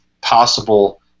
possible